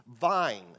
vine